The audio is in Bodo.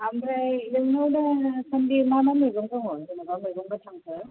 ओमफ्राय नोंनाव दासान्दि मा मा मैगं दङ जेनेबा मैगं गोथांफोर